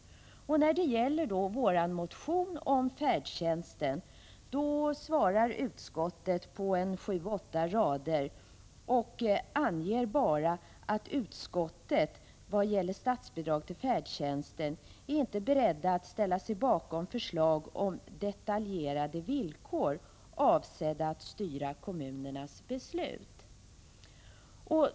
När det gäller vår motion om färdtjänsten svarar utskottet på sju åtta rader och anger bara att utskottet vad gäller statsbidrag till färdtjänsten inte är berett att ställa sig bakom förslag om detaljerade villkor, avsedda att styra kommunernas beslut.